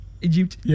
Egypt